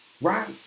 Right